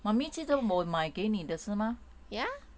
mummy 记得我买给你的是吗